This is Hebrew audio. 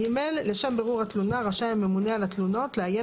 (ג)לשם בירור התלונה רשאי הממונה על התלונות לעיין